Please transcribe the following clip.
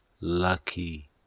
lucky